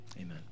amen